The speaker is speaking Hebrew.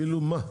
כאילו, מה?